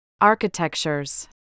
architectures